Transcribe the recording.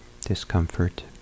discomfort